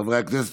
חברי הכנסת,